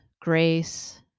grace